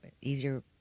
easier